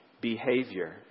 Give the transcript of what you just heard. behavior